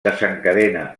desencadena